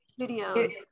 videos